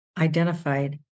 identified